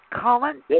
Colin